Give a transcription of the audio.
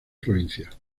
provincias